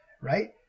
Right